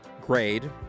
grade